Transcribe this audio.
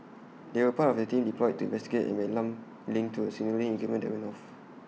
they were part of A team deployed to investigate an alarm linked to A signalling equipment that went off